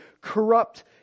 corrupt